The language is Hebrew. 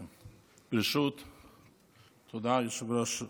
תודה, היושב-ראש.